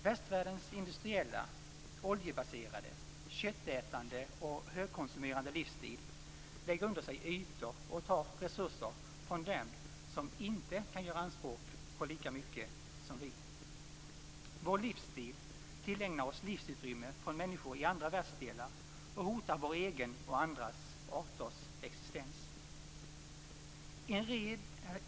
Västvärldens industriella, oljebaserade, köttätande och högkonsumerande livsstil lägger under sig ytor och tar resurser från dem som inte kan göra anspråk på lika mycket som vi. Vår livsstil tillägnar oss livsutrymme från människor i andra världsdelar och hotar vår egen och andra arters existens.